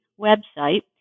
website